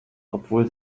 obwohl